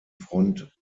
front